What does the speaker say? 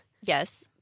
Yes